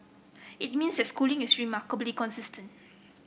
it means that Schooling is remarkably consistent